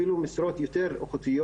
אפילו משרות יותר איכותיות.